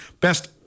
best